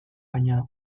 baina